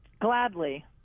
gladly